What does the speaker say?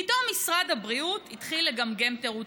פתאום משרד הבריאות התחיל לגמגם תירוצים,